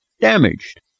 damaged